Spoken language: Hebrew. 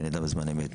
שנדע בזמן אמת.